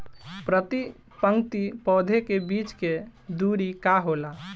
प्रति पंक्ति पौधे के बीच के दुरी का होला?